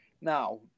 now